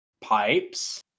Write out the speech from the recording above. pipes